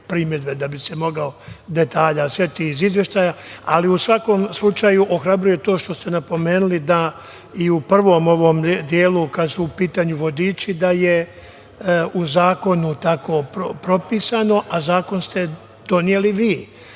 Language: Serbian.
da bi se mogao detalja setiti iz izveštaja, ali u svakom slučaju ohrabruje to što ste napomenuli da i u prvom ovom delu kad su u pitanju vodiči da je u zakonu tako propisano, a zakon ste doneli vi,